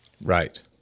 Right